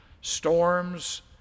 storms